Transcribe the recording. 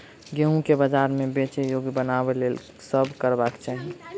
गेंहूँ केँ बजार मे बेचै योग्य बनाबय लेल की सब करबाक चाहि?